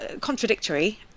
contradictory